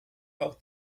auch